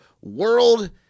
world